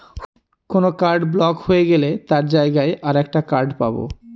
কোন card block হয়ে গেলে তার জায়গায় আর একটা কার্ড পাবো